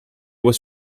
was